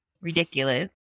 ridiculous